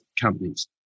companies